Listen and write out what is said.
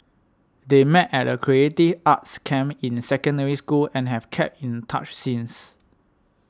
they met at a creative arts camp in Secondary School and have kept in touch since